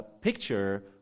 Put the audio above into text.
Picture